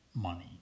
Money